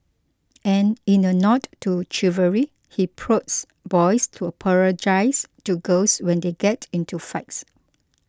and in a nod to chivalry he prods boys to apologise to girls when they get into fights